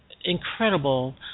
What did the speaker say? incredible